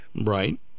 Right